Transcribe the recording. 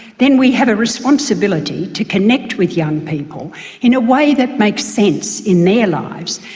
then we have a responsibility to connect with young people in a way that makes sense in their lives,